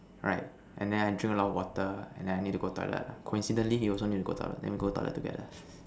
right and then I drink a lot of water and then I need to go toilet coincidentally he also need to go toilet then we go toilet together